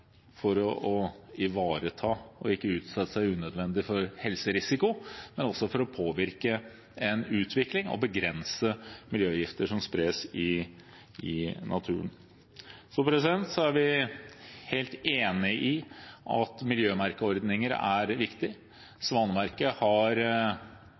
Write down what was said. å ivareta – og ikke utsetter seg unødvendig for helserisiko, også for å påvirke en utvikling og begrense miljøgifter som spres i naturen. Så er vi helt enig i at miljømerkeordninger er viktige. Svanemerket har